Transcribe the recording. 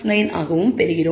69 ஆகவும் பெறுகிறோம்